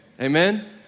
Amen